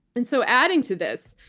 and so adding to this,